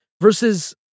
Versus